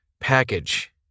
package